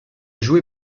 joué